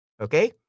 Okay